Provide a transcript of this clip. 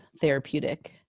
therapeutic